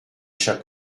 cher